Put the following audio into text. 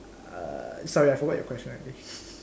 uh sorry I forgot your question already